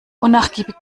unnachgiebig